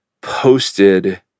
posted